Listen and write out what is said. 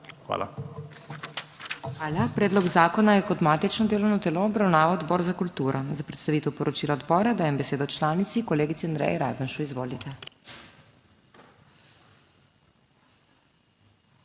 HOT:** Hvala. Predlog zakona je kot matično delovno telo obravnaval Odbor za kulturo. Za predstavitev poročila odbora dajem besedo članici, kolegici Andreji Rajbenšu. Izvolite.